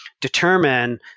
determine